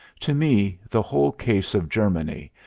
to me the whole case of germany,